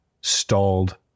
stalled